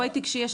בואי תיגשי,